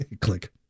Click